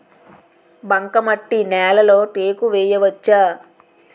బంకమట్టి నేలలో టేకు వేయవచ్చా?